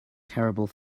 terrible